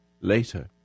later